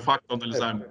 faktų analizavimu